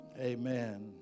amen